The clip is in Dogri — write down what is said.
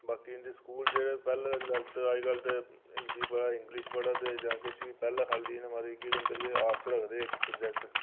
बाकी इं'दे स्कूल जेह्ड़े पैह्लें लैते ते अजकल ते हिंदी पढ़ै दे इंगलिश पढ़ै दे जां किश बी पैह्लें खाली इ'नें माराज केह् होंदे हे कि आर्टस रखदे हे इक सब्जैक्ट